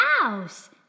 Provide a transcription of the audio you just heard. house